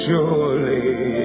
Surely